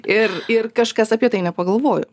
ir ir kažkas apie tai nepagalvojo